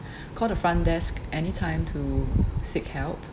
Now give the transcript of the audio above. call the front desk anytime to seek help